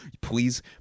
please